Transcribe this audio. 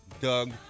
Doug